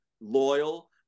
loyal